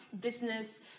business